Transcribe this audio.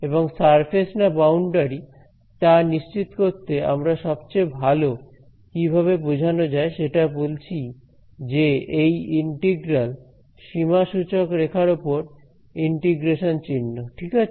এবং সারফেস না বাউন্ডারি তা নিশ্চিত করতে আমরা সবচেয়ে ভালো কিভাবে বোঝানো যায় সেটা বলছি যে এই ইন্টিগ্রাল সীমাসূচক রেখার উপর ইন্টিগ্রেশনের চিহ্ন ঠিক আছে